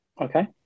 Okay